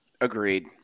Agreed